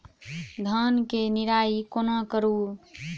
धान केँ निराई कोना करु?